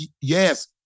Yes